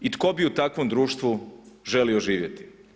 I tko bi u takvom društvu želio živjeti?